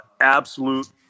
Absolute